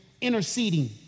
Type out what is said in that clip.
interceding